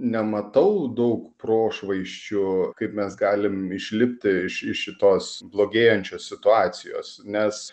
nematau daug prošvaisčių kaip mes galim išlipti iš iš šitos blogėjančios situacijos nes